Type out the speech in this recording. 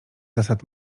zasad